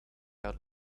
out